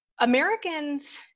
Americans